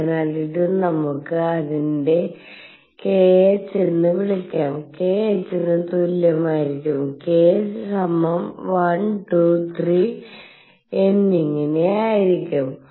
അതിനാൽ ഇത് നമ്മുക്ക് അതിനെ kh എന്ന് വിളികാം kh ന് തുല്യമായിരിക്കും k സമം 1 2 3 എന്നിങ്ങനെയായിരിക്കും